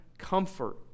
comfort